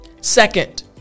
Second